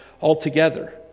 altogether